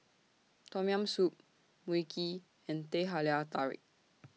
Tom Yam Soup Mui Kee and Teh Halia Tarik